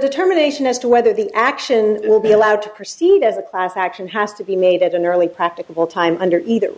determination as to whether the action will be allowed to proceed as a class action has to be made at an early practicable time under either